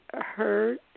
hurt